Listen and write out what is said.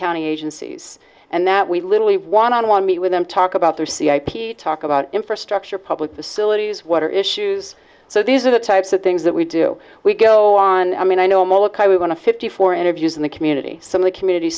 county agencies and that we literally one on one meet with them talk about their c a p talk about infrastructure public facilities water issues so these are the types of things that we do we go on i mean i know molokai we're going to fifty four interviews in the community some of the community